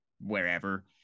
wherever